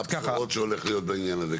מהן הבחירות שהולכות להיות בעניין הזה?